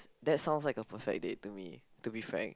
that sounds like a perfect date to me to be frank